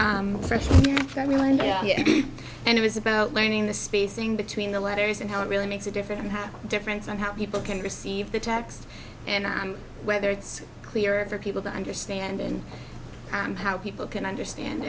year and it was about learning the spacing between the letters and how it really makes a difference in how different somehow people can receive the text and i'm whether it's clear for people to understand and how people can understand